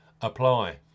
apply